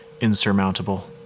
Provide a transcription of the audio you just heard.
insurmountable